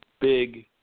big –